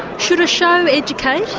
should a show educate.